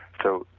so,